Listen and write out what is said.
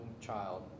child